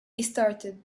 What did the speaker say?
restarted